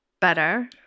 better